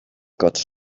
got